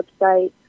website